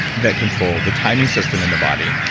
that control the timing system in the body,